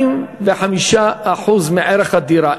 כ-45% מערך הדירה.